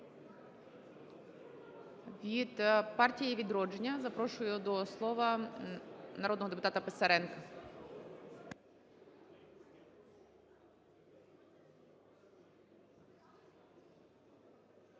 Від "Партії "Відродження" запрошую до слова народного депутата Писаренка.